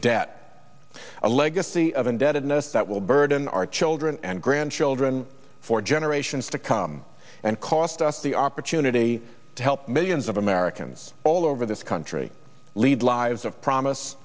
debt a legacy of indebtedness that will burden our children and grandchildren for generations to come and cost us the opportunity to help millions of americans all over this country lead lives of promise